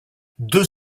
deux